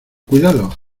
cuidado